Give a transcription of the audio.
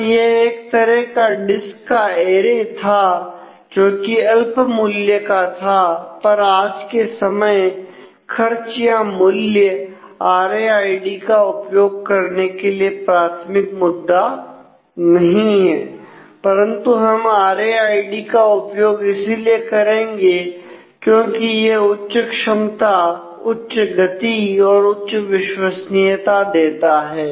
तो यह एक तरह का डिस्क का ऐरे का उपयोग करने के लिए प्राथमिक मुद्दा नहीं है परंतु हम आर ए आईडी का उपयोग इसलिए करेंगे क्योंकि यह उच्च क्षमता उच्च गति और उच्च विश्वसनीयता देता है